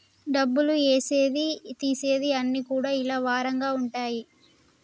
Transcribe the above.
డబ్బులు ఏసేది తీసేది అన్ని కూడా ఇలా వారంగా ఉంటయి